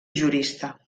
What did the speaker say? jurista